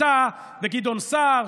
אתה וגדעון סער,